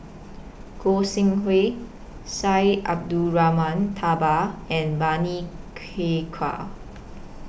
Goi Seng Hui Syed Abdulrahman Taha and Bani Haykal